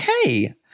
Okay